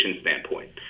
standpoint